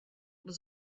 was